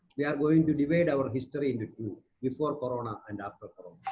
we are going to divide our history into two before corona and after